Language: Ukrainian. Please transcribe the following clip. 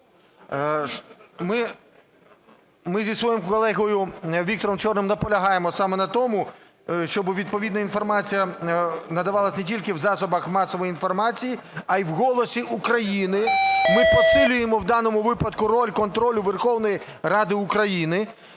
Ми з моїм колегою Віктором Чорним наполягаємо саме на тому, щоб відповідна інформація надавалась не тільки в засобах масової інформації, а й в "Голос України". Ми посилюємо в даному випадку роль контролю Верховної Ради України.